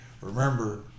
Remember